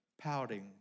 pouting